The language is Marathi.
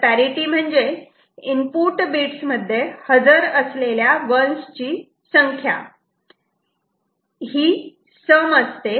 तर पॅरिटि म्हणजे इनपुट बिट्स मध्ये हजर असलेल्या 1's ची संख्या ही सम असते